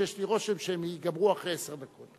שיש לי רושם שהן ייגמרו אחרי עשר דקות.